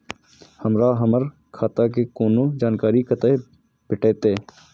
हमरा हमर खाता के कोनो जानकारी कतै भेटतै?